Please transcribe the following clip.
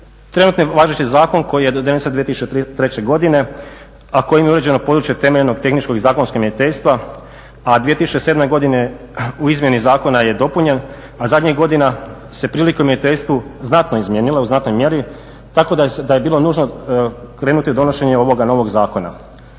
Trenutni važeći zakon koji je donesen 2003. godine, a kojim je uređeno područje temeljnog tehničkog i zakonskog mjeriteljstva, a 2007. godine u izmjeni zakona je dopunjen, a zadnjih godina se prilike u mjeriteljstvu znatno izmijenile, u znatnoj mjeri tako da je bilo nužno krenuti donošenje ovoga novog zakona.